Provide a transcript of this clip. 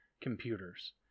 computers